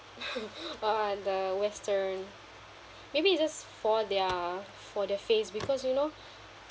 what the western maybe it's just for their for their face because you know